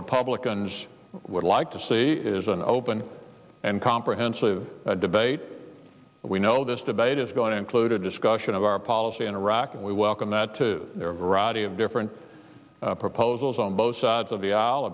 republicans would like to see is an open and comprehensive debate we know this debate is going to include a discussion of our policy in iraq and we welcome that variety of different proposals on both sides of the aisle